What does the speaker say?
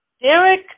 Derek